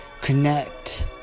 connect